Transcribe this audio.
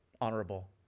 honorable